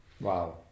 Wow